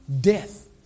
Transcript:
Death